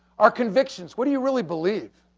our convictions, what do you really believe?